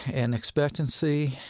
and expectancy,